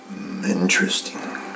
Interesting